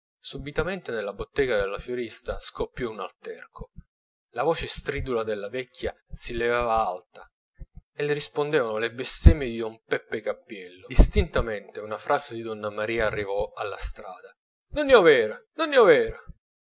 subitamente nella bottega della fiorista scoppiò un alterco la voce stridula della vecchia si levava alta e le rispondevano le bestemmie di don peppe cappiello distintamente una frase di donna maria arrivò alla strada nun è overo nun è overo